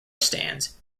stands